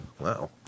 Wow